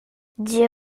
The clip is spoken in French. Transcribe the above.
dix